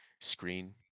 screen